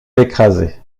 écrasée